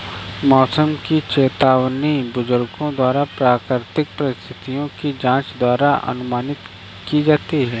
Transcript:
मौसम की चेतावनी बुजुर्गों द्वारा प्राकृतिक परिस्थिति की जांच द्वारा अनुमानित की जाती थी